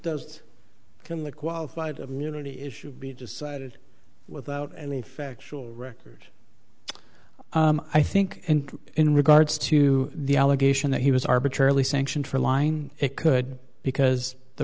does become the qualified immunity issue be decided without any factual record i think in regards to the allegation that he was arbitrarily sanctioned for line it could because the